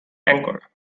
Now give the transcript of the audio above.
anchor